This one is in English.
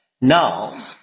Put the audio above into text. Now